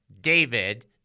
David